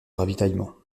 ravitaillement